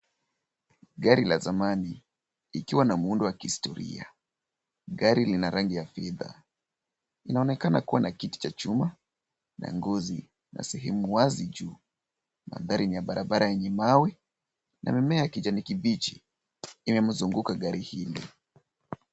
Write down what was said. Gari la zamani likiwa na muundo wa kihistoria. Gari lina rangi ya fidha. Inaonekana kuwa na kiti cha chuma na nguzi na sehemu wazi juu. Mandhari ni ya barabara yenye mawe na mimea ya kijani kibichi. Imemzunguka gari hii.